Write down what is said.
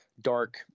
dark